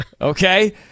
Okay